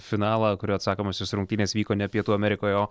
finalą kurio atsakomosios rungtynės vyko ne pietų amerikoj o